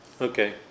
Okay